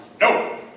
no